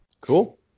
Cool